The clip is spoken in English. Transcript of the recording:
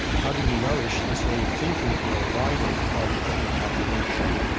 how do we nourish this way of thinking for a wider part of the population?